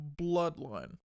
bloodline